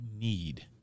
need